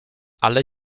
ale